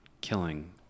killing